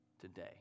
Today